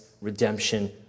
redemption